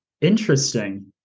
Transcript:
Interesting